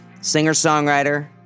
singer-songwriter